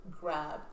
grab